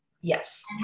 Yes